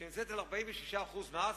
היא נמצאת על 46% מס.